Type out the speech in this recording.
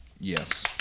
Yes